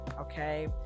Okay